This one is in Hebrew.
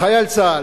חייל צה"ל,